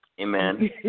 Amen